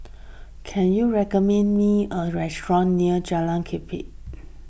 can you recommend me a restaurant near Jalan Kelichap